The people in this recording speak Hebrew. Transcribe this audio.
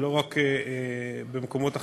ולא רק במקומות אחרים.